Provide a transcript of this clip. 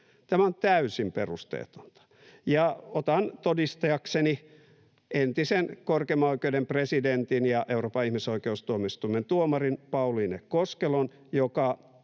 Tämä on täysin perusteetonta. Ja otan todistajakseni entisen korkeimman oikeuden presidentin ja Euroopan ihmisoikeustuomioistuimen tuomarin Pauliine Koskelon,